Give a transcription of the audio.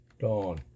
Dawn